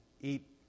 eat